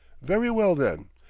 very well, then.